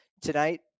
tonight